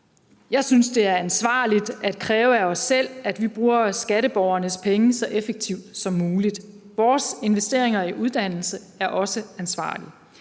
Jeg synes, det er ansvarligt at kræve af os selv, at vi bruger skatteborgernes penge så effektivt som muligt. Vores investeringer i uddannelse er også ansvarlige.